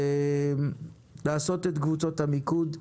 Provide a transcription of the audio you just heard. לעשות את קבוצות המיקוד,